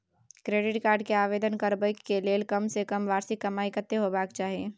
Credit card के आवेदन करबैक के लेल कम से कम वार्षिक कमाई कत्ते होबाक चाही?